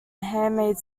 handmade